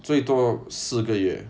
最多四个月